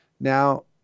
now